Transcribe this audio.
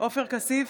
עופר כסיף,